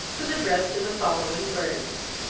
was addressed in the following words.